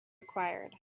required